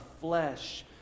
flesh